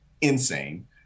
insane